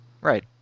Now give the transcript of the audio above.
Right